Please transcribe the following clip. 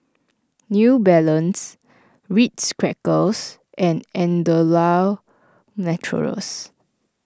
New Balance Ritz Crackers and Andalou Naturals